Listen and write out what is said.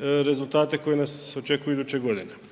rezultate koji nas očekuju iduće godine.